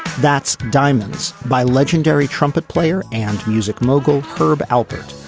that's diamonds by legendary trumpet player and music mogul herb alpert.